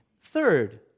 Third